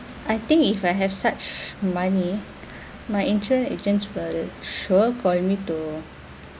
I think if I have such money my insurance agent will sure call me to